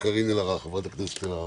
חברת הכנסת קארין אלהרר.